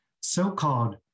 So-called